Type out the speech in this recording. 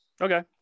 okay